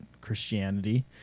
Christianity